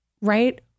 right